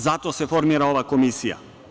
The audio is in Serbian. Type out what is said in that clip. Zato se i formira ove komisija.